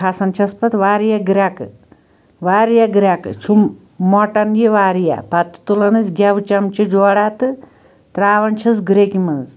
کھَسان چھَس پَتہٕ واریاہ گرٛٮ۪کہٕ واریاہ گرٛٮ۪کہٕ چھُم مۅٹان یہِ واریاہ پَتہٕ چھِ تُلان أسۍ گیٚوٕ چمچہِ جوراہ تہٕ ترٛاوان چھِس گرٛٮ۪کہِ مَنٛز